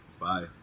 Bye